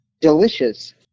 delicious